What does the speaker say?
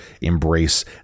embrace